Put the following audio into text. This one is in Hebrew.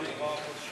בפינה.